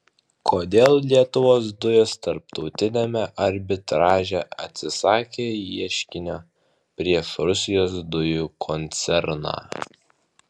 kodėl lietuvos dujos tarptautiniame arbitraže atsisakė ieškinio prieš rusijos dujų koncerną